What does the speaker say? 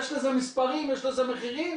יש לזה מספרים ויש לזה מחירים,